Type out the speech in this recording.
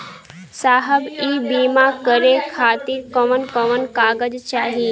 साहब इ बीमा करें खातिर कवन कवन कागज चाही?